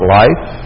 life